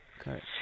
Okay